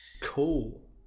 Cool